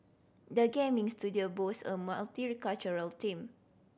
the gaming studio boast a multicultural team